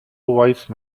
wise